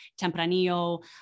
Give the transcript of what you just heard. Tempranillo